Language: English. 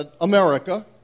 America